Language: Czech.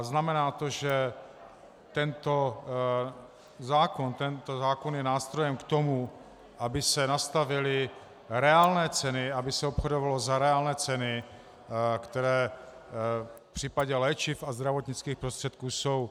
Znamená to, že tento zákon je nástrojem k tomu, aby se nastavily reálné ceny, aby se obchodovalo za reálné ceny, které v případě léčiv a zdravotnických prostředků jsou.